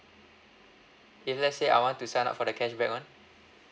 if let's say I want to sign up for the cashback [one]